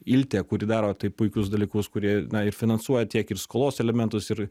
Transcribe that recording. iltė kuri daro tai puikius dalykus kurie na ir finansuoja tiek ir skolos elementus ir